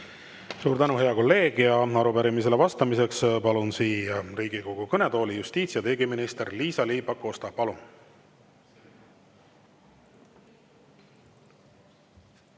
Suur tänu, hea kolleeg! Arupärimisele vastamiseks palun siia Riigikogu kõnetooli justiits‑ ja digiminister Liisa-Ly Pakosta. Palun!